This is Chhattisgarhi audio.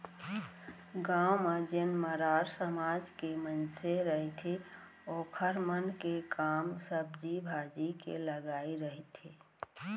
गाँव म जेन मरार समाज के मनसे रहिथे ओखर मन के काम सब्जी भाजी के लगई रहिथे